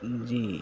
جی